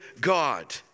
God